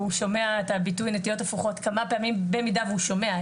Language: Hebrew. הוא שומע את הביטוי נטיות הפוכות כמה פעמים במידה והוא שומע,